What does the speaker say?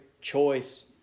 choice